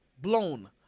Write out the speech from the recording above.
blown